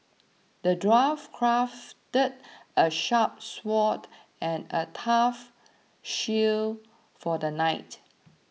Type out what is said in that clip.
the dwarf crafted a sharp sword and a tough shield for the knight